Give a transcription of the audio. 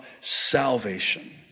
salvation